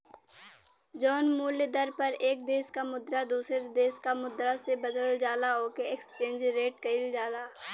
जौन मूल्य दर पर एक देश क मुद्रा दूसरे देश क मुद्रा से बदलल जाला ओके एक्सचेंज रेट कहल जाला